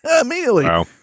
immediately